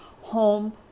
home